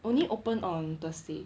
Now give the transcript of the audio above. only open on thursday